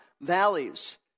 valleys